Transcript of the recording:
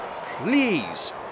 please